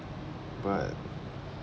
but